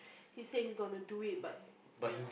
he said he's gonna do it but ya